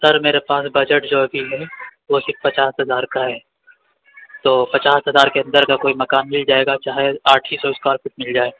سر میرے پاس بجٹ جو ابھی ہے وہ صرف پچاس ہزار کا ہے تو پچاس ہزار کے اندر کا کوئی مکان مل جائے گا چاہے آٹھ ہی سو اسکوائر فٹ مل جائے